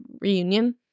reunion